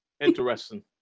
interesting